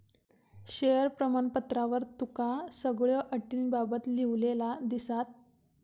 share प्रमाणपत्रावर तुका सगळ्यो अटींबाबत लिव्हलेला दिसात